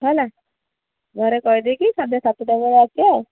ହେଲା ଘରେ କହି ଦେଇକି ସଂଧ୍ୟା ସାତଟା ବେଳେ ଆସିବା